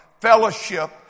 fellowship